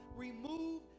Remove